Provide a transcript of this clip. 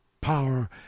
power